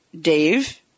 dave